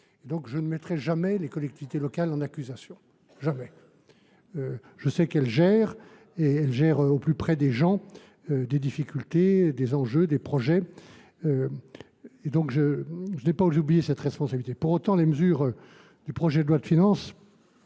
ans. Je ne mettrai donc jamais les collectivités locales en accusation. Jamais ! Je sais qu’elles gèrent, et cela au plus près des gens, des difficultés, des politiques publiques, des projets… Je n’ai pas oublié cette responsabilité. Pour autant, les mesures du projet de loi de finances